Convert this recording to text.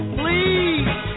please